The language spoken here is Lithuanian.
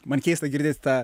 man keista girdėti tą